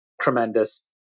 tremendous